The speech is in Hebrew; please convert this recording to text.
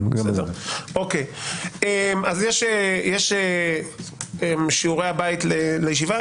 יש שיעורי הבית לישיבה.